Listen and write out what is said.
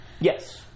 yes